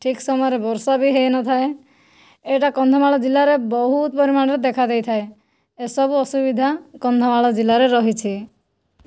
ଠିକ ସମୟରେ ବର୍ଷା ବି ହୋଇନଥାଏ ଏହିଟା କନ୍ଧମାଳ ଜିଲ୍ଲାରେ ବହୁତ ପରିମାଣରେ ଦେଖା ଦେଇଥାଏ ଏସବୁ ଅସୁବିଧା କନ୍ଧମାଳ ଜିଲ୍ଲାରେ ରହିଛି